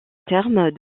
terme